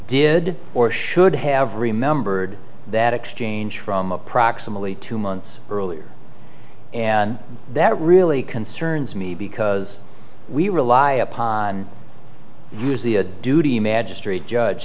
did or should have remembered that exchange from approximately two months earlier and that really concerns me because we rely upon musea duty magistrate judge